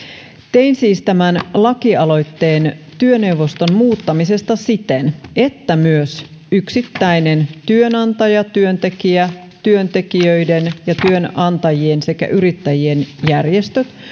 tein siis tämän lakialoitteen työneuvoston muuttamisesta siten että myös yksittäinen työnantaja työntekijä työntekijöiden ja työnantajien sekä yrittäjien järjestöt